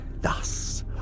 thus